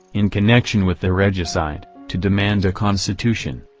in connection with the regicide, to demand a constitution.